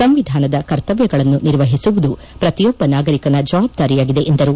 ಸಂವಿಧಾನದ ಕರ್ತವ್ಯಗಳನ್ನು ನಿರ್ವಹಿಸುವುದು ಪ್ರತಿಯೊಬ್ಬ ನಾಗರಿಕನ ಜವಾಬ್ಗಾರಿಯಾಗಿದೆ ಎಂದರು